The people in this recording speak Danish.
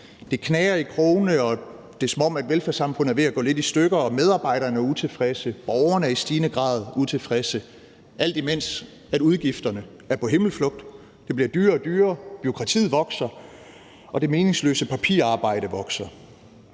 Det knager i krogene, og det er, som om velfærdssamfundet er ved at gå lidt i stykker. Medarbejderne er utilfredse, og borgerne er i stigende grad utilfredse, alt imens udgifterne er på himmelflugt. Det bliver dyrere og dyrere, bureaukratiet vokser, og det meningsløse papirarbejde vokser.